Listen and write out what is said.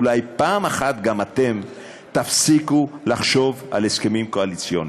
אולי פעם אחת גם אתם תפסיקו לחשוב על הסכמים קואליציוניים?